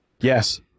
Yes